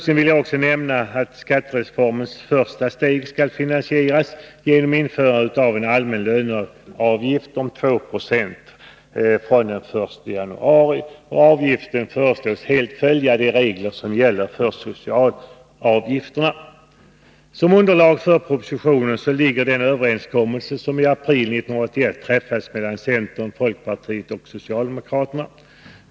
Jag vill också nämna att skattereformens första steg skall finansieras genom införandet av en allmän löneavgift om 2 20 från den 1 januari 1983. Avgiften föreslås helt följa de regler som gäller för socialavgifter. Som underlag för propositionen ligger den överenskommelse som i april 1981 träffades mellan centern, folkpartiet och socialdemokraterna.